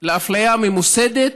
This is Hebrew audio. אפליה ממוסדת.